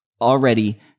already